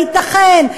הייתכן?